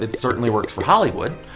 ah certainly works for hollywood.